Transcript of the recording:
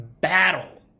battle